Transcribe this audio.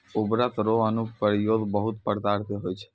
उर्वरक रो अनुप्रयोग बहुत प्रकार से होय छै